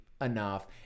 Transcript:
enough